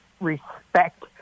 respect